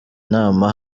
nama